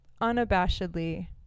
unabashedly